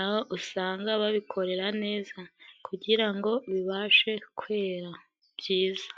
Aho usanga babikorera neza kugira ngo bibashe kwera byiza.